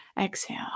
exhale